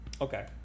okay